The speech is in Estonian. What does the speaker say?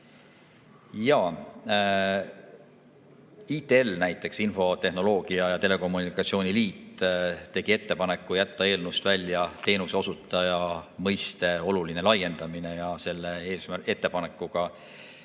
Jaa. ITL näiteks, infotehnoloogia ja telekommunikatsiooni liit tegi ettepaneku jätta eelnõust välja teenuseosutaja mõiste olulise laiendamise. Selle ettepanekuga eelnõu